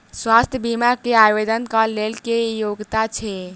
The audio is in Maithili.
स्वास्थ्य बीमा केँ आवेदन कऽ लेल की योग्यता छै?